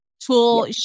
tool